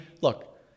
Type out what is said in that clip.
look